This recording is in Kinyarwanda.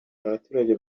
abaturage